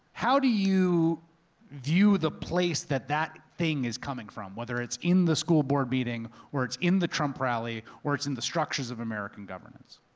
how do you view the place that that thing is coming from, whether it's in the school board meeting, or it's in the trump rally or it's in the structures of american governance?